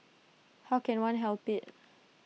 how can one help IT